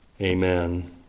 Amen